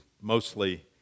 mostly